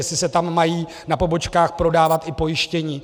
Jestli se tam mají na pobočkách prodávat i pojištění.